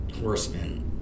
horsemen